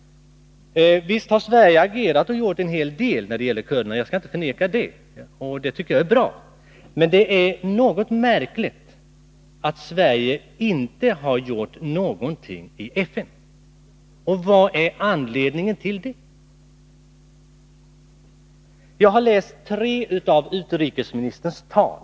Visst har Sverige agerat och gjort en hel del när det gäller kurderna — jag skall inte förneka det — och det tycker jag är bra. Men det är något märkligt att Sverige inte har gjort någonting i FN. Vad är anledningen till det? Jag harläst tre av utrikesministerns tal.